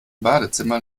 badezimmer